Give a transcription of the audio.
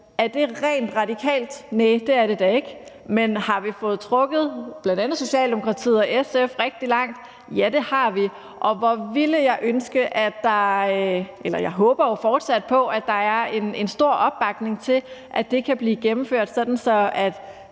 partier, rent radikalt? Næh, det er da ikke. Men har vi fået trukket bl.a. Socialdemokratiet og SF rigtig langt? Ja, det har vi. Og hvor ville jeg ønske – og jeg håber fortsat på det – at der er en stor opbakning til, at det kan blive gennemført, sådan at